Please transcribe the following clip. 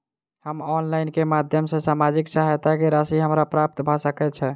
हम ऑनलाइन केँ माध्यम सँ सामाजिक सहायता केँ राशि हमरा प्राप्त भऽ सकै छै?